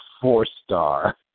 four-star